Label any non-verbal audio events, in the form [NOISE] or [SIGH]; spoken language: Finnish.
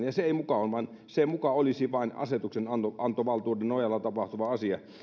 [UNINTELLIGIBLE] ja ihmisten oikeuksia loukataan ja se muka olisi vain asetuksenantovaltuuden nojalla tapahtuva asia